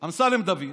אמסלם דוד,